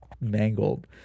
mangled